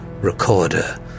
recorder